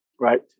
right